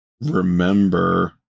remember